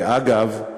אגב,